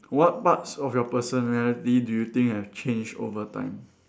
what parts of your personality do you think have changed overtime